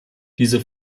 diese